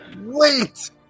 Wait